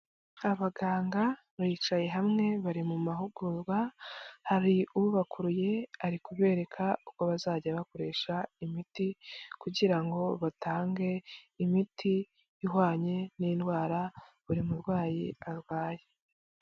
Abaganga bicaye hamwe bari mu mahugurwa hari ubakuruye ari kubereka uko bazajya bakoresha imiti kugira ngo batange imiti ihwanye n'indwara buri murwayi arwaye.